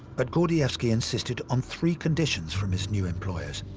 but gordievsky insisted on three conditions from his new employers.